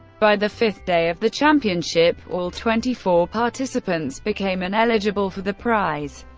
by the fifth day of the championship, all twenty four participants became ineligible for the prize,